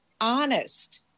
honest